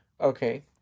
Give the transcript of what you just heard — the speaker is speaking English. Okay